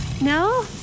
no